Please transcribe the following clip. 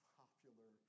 popular